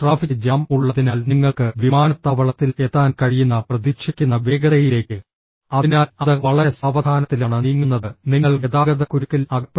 traffic jam ഉള്ളതിനാൽ നിങ്ങൾക്ക് വിമാനത്താവളത്തിൽ എത്താൻ കഴിയുന്ന പ്രതീക്ഷിക്കുന്ന വേഗതയിലേക്ക് അതിനാൽ അത് വളരെ സാവധാനത്തിലാണ് നീങ്ങുന്നത് നിങ്ങൾ ഗതാഗതക്കുരുക്കിൽ അകപ്പെടുന്നു